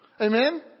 Amen